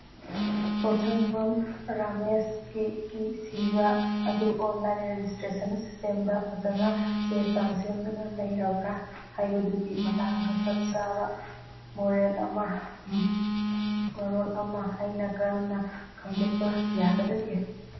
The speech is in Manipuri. ꯄꯣꯠꯁꯪꯕꯝ ꯔꯥꯃꯦꯁꯒꯤꯀꯤ ꯁꯤꯕ ꯑꯗꯨ ꯑꯣꯟꯂꯥꯏꯟ ꯔꯦꯖꯤꯁꯇ꯭ꯔꯦꯁꯟ ꯁꯤꯁꯇꯦꯝꯗ ꯐꯖꯅ ꯆꯦ ꯆꯥꯡ ꯁꯦꯝꯗꯨꯅ ꯂꯩꯔꯕ꯭ꯔꯥ ꯍꯥꯏꯕꯗꯨꯒꯤ ꯃꯇꯥꯡꯗ ꯆꯞ ꯆꯥꯕ ꯃꯔꯣꯜ ꯑꯃ ꯑꯩꯅ ꯀꯔꯝꯅ ꯈꯪꯗꯣꯛꯄ ꯌꯥꯒꯗꯒꯦ